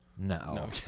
No